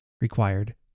required